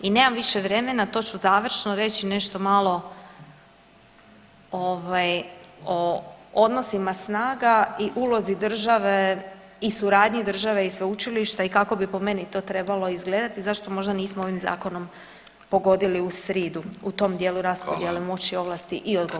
I nemam više vremena, to ću završno reći nešto malo ovaj o odnosima snaga i ulozi države i suradnji države i sveučilišta i kako bi po meni to trebalo izgledati, zašto možda nismo ovim zakonom pogodili u sridu u tom dijelu raspodjele moći, ovlasti i odgovornosti.